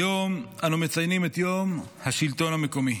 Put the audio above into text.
היום אנו מציינים את יום השלטון המקומי,